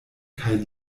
kaj